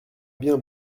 bien